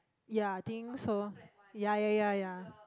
ya I think so ya ya ya ya